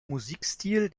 musikstil